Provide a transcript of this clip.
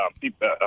people